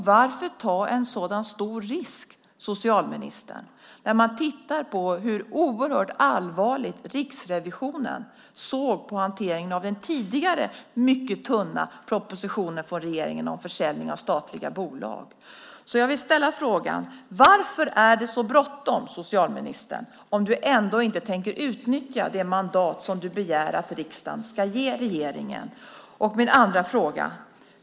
Varför ta en sådan stor risk, socialministern, när man tittar på hur allvarligt Riksrevisionen såg på hanteringen av den tidigare mycket tunna propositionen från regeringen om försäljning av statliga bolag? Varför är det så bråttom, socialministern, om du ändå inte tänker utnyttja det mandat som du begär att riksdagen ska ge regeringen?